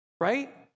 right